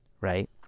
right